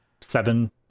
Seven